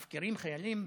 מפקירים חיילים,